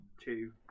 two